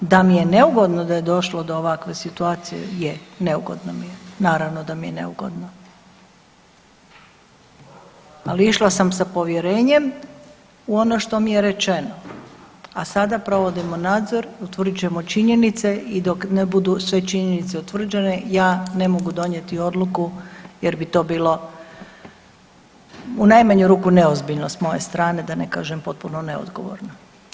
Da mi je neugodno da je došlo do ovakve situacije, je, neugodno mi je, naravno da mi je neugodno, ali išla sam sa povjerenjem u ono što mi je rečeno, a sada provodimo nadzor, utvrđujemo činjenice i dok ne budu sve činjenice utvrđene ja ne mogu donijeti odluku jer bi to bilo u najmanju ruku neozbiljno s moje strane, da ne kažem potpuno neodgovorno.